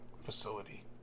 facility